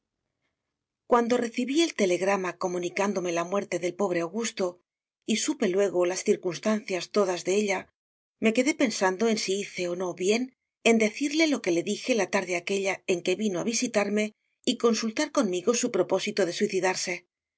cuando recibí el telegrama comunicándome la muerte del pobre augusto y supe luego las circunstancias todas de ella me quedé pensando en si hice o no bien en decirle lo que le dije la tarde aquella en que vino a visitarme y consultar conmigo su propósito de suicidarse